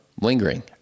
lingering